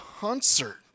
concert